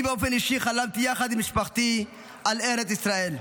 אני באופן אישי חלמתי יחד עם משפחתי על ארץ ישראל.